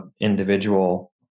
individual